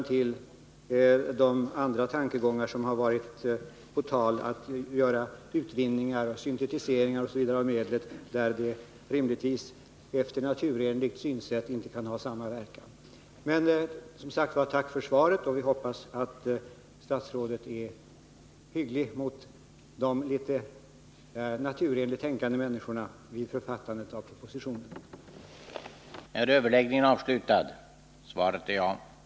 En betydande enighet råder nu bland politiker, bostadsföretag och hyresgäster om att aviserande hyreshöjningar är varken politiskt eller socialt möjliga att genomföra och att regering och riksdag nu snabbt måste öka stödet till ”allmännyttan”. Är regeringen beredd, mot bakgrund av de senaste årens hyresutveckling och aviserade hyreshöjningskrav från årsskiftet 1980-81, att snabbt vidta eller föreslå åtgärder för att stoppa eller begränsa hyreshöjningarna, och i så fall vilka åtgärder?